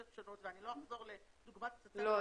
שונות ואני לא אחזור לדוגמת --- לא,